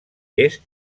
est